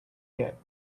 yet